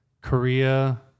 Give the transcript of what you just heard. Korea